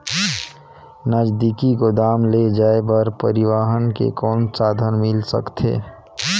नजदीकी गोदाम ले जाय बर परिवहन के कौन साधन मिल सकथे?